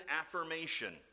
affirmation